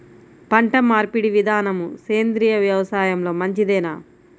పంటమార్పిడి విధానము సేంద్రియ వ్యవసాయంలో మంచిదేనా?